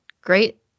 great